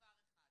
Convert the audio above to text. דבר אחד,